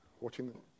watching